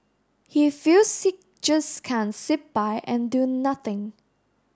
he feels he just can't sit by and do nothing